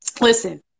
Listen